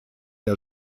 der